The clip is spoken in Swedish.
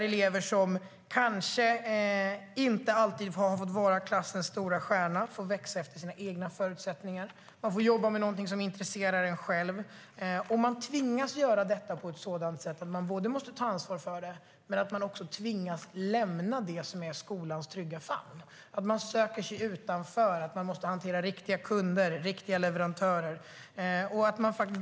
Elever som kanske inte alltid har fått vara klassens stora stjärnor får växa efter sina egna förutsättningar. Man får jobba med någonting som intresserar en, och man tvingas göra det på ett sådant sätt att man både måste ta ansvar för det och tvingas lämna det som är skolans trygga famn. Man måste söka sig ut och hantera riktiga kunder och riktiga leverantörer.